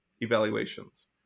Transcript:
evaluations